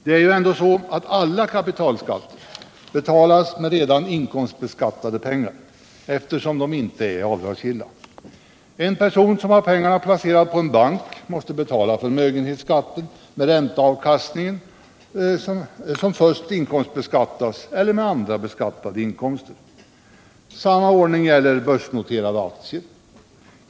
Det är ju ändå så att alla kapitalskatter betalas med redan inkomstbeskattade pengar, eftersom de inte är avdragsgilla. En person som har pengarna placerade på bank måste betala förmögenhetsskatten med ränteavkastningen, som först inkomstbeskattas, eller med andra beskattade inkomster. Samma ordning gäller börsnoterade aktier.